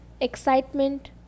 Excitement